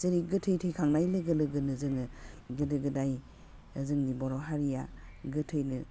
जेरै गोथै थैखांनाय लोगो लोगोनो जोङो गोदो गोदाय जोंनि बर' हारिया गोथैनो